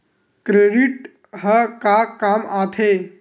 Credit ह का काम आथे?